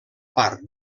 part